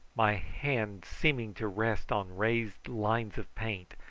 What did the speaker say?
my hand seeming to rest on raised lines of paint,